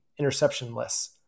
interceptionless